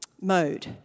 mode